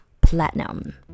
platinum